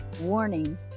Warning